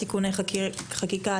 תיקוני חקירה,